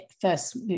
first